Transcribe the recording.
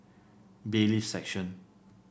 Bailiffs' Section